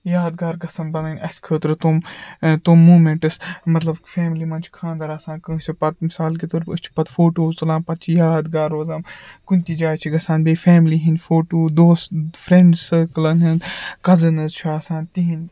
یادگار گژھان بَنٕنۍ اَسہِ خٲطرٕ تِم تِم موٗمٮ۪نٹٕس مطلب فیملی منٛز چھِ خانٛدَر آسان کٲنٛسہِ پَتہٕ مِثال کے طور پر أسۍ چھِ پَتہٕ فوٹوٗز تُلان پَتہٕ چھِ یادگار روزان کُنہِ تہِ جایہِ چھِ گَژھان بیٚیہِ فیملی ہٕنٛدۍ فوٹوٗ دوس فرینٛڈٕس سٔرکٕلَن ہُنٛد کَزٕنٕز چھِ آسان تِہٕنٛدۍ